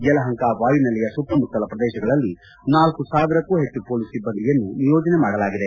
ಯಲಹಂಕ ವಾಯುನೆಲೆಯ ಸುತ್ತಮುತ್ತಲ ಪ್ರದೇಶಗಳಲ್ಲಿ ನಾಲ್ಕು ಸಾವಿರಕ್ಕೂ ಹೆಚ್ಚು ಹೊಲೀಸ್ ಸಿಬ್ಬಂದಿಯನ್ನು ನಿಯೋಜನೆ ಮಾಡಲಾಗಿದೆ